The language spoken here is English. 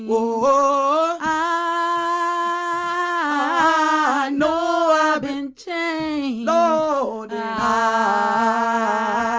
oh, i know i been changed. lord, ah i